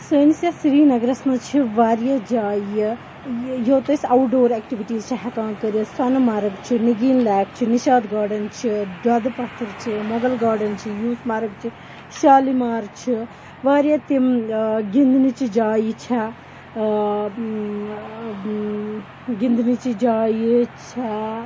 سٲنِس یَتھ سرینَگرَس منٛز چھِ واریاہ جایہِ یہِ یوٚت أسۍ اَوُٹ ڈور ایٚکٹِوِٹیٖز چھِ ہیٚکان کٔرِتھ سۄنہٕ مَرگ چھُ نگیٖن لیک چھُ نِشاط گاڈَن چھِ دۄدٕ پَتھٕر چھِ مۄغل گاڈَن چھِ یوٗس مرٕگ چھِ شالیمار چھِ واریاہ تِم گِنٛدنٕچہِ جایہِ چھےٚ گِنٛدنٕچہِ جایہِ چھےٚ